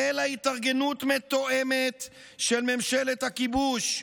אלא התארגנות מתואמת של ממשלת הכיבוש.